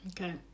okay